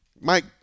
Mike